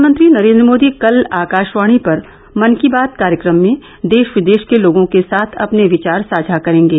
प्रधानमंत्री नरेंद्र मोदी कल आकाशवाणी पर मन की बात कार्यक्रम में देश विदेश के लोगों के साथ अपने विचार साझा करेंगे